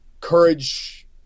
courage